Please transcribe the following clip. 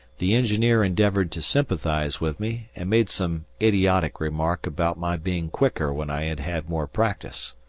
the engineer endeavoured to sympathize with me, and made some idiotic remark about my being quicker when i had had more practice.